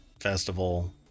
festival